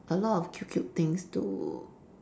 a lot of cute cute things to